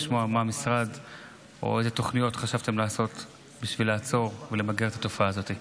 לשמוע איזו תוכניות חשבתם לעשות בשביל לעצור ולמגר את התופעה הזאת.